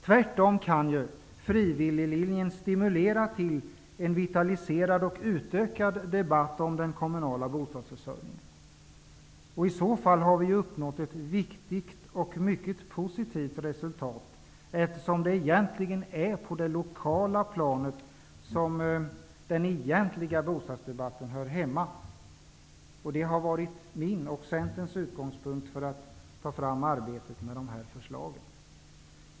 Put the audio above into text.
Tvärtom kan frivilliglinjen stimulera till en vitaliserad och utökad debatt om den kommunala bostadsförsörjningen. I så fall har vi uppnått ett viktigt och mycket positivt resultat, eftersom det i själva verket är på det lokala planet som den egentliga bostadsdebatten hör hemma. Det här har varit min och Centerns utgångspunkt i arbetet med att ta fram dessa förslag.